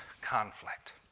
conflict